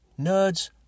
Nerds